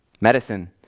Medicine